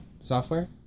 software